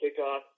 kickoff